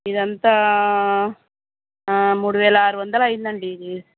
ఇదంతా మూడువేల ఆరువందలు అయిందండి ఇది